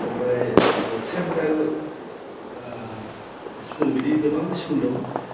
आमफ्राइ central school बिदि गोबां स्कुल दं